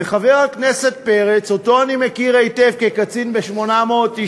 וחבר הכנסת פרץ, שאותו אני מכיר היטב כקצין ב-890,